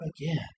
again